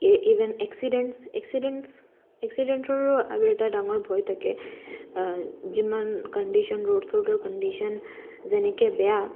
even এক্সিডেণ্টছ এক্সিডেণ্টছ এক্সিডেণ্টৰো আৰু এটা ডাঙৰ ভয় থাকে যিমান কণ্ডিশ্যন ৰ'ড চোডৰ কণ্ডিশ্যন যেনেকে বেয়া